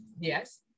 Yes